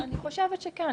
אני חושבת שכן.